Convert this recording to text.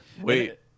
Wait